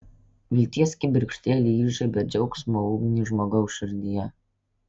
vilties kibirkštėlė įžiebia džiaugsmo ugnį žmogaus širdyje